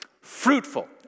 fruitful